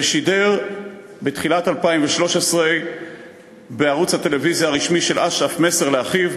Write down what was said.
ושידר בתחילת 2013 בערוץ הטלוויזיה הרשמי של אש"ף מסר לאחיו,